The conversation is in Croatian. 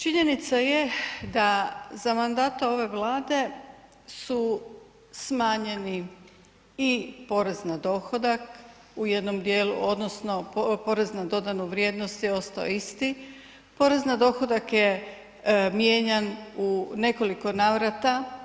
Činjenica je da za mandata ove Vlade su smanjeni i porez na dohodak, u jednom dijelu, odnosno porez na dodanu vrijednost je ostao isti, porez na dohodak je mijenjan u nekoliko navrata.